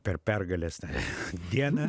per pergalės tą dieną